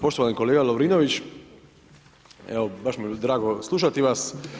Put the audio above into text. Poštovani kolega Lovrinović, evo baš mi je bilo drago slušati vas.